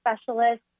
specialists